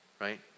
right